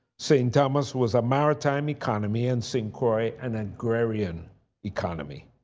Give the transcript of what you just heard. st. thomas was a maritime economy and st. croix an agrarian economy.